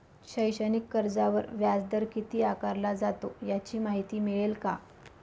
शैक्षणिक कर्जावर व्याजदर किती आकारला जातो? याची माहिती मिळेल का?